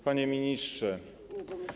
Panie Ministrze!